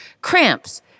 cramps